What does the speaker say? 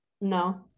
No